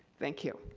thank you.